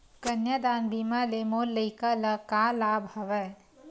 कन्यादान बीमा ले मोर लइका ल का लाभ हवय?